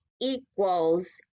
equals